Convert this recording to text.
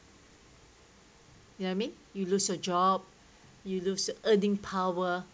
you know what I mean you lose your job you lose earning power